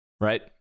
right